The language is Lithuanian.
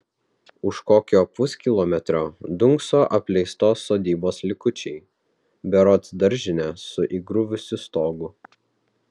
už kokio puskilometrio dunkso apleistos sodybos likučiai berods daržinė su įgriuvusiu stogu